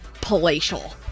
palatial